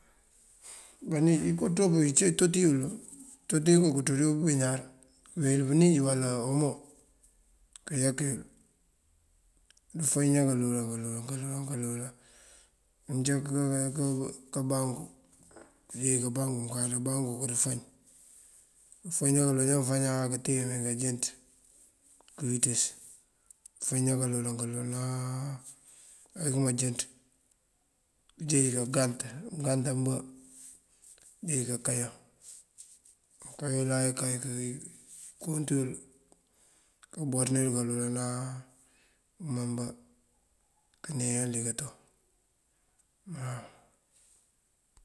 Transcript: Banij iko ţop këtoti yul itoti iko këţú dí ubeñuwar këweel pënij wala omo këyak yul. Këdu fañëna kaloolan kaloolan kaloolan mënjeej kabanku, kajeej kabanku mënkáţ kabanku këdu fañ. Këfañëna kaloolan këjá mënfañëna këteen mee kajënţ këwiţës këfañëna kaloolan kaloolan áa ayëkëma ijënţ. Këjeej kagant mëngant ambá kënjeej kakayan. Mënkayan yul áa ikaye këkunţ yul këbooţa yul kaloolan áa mënkëma mëmbá këneejan yul dí kato waw.